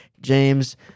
James